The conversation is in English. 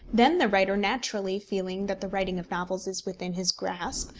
then the writer, naturally feeling that the writing of novels is within his grasp,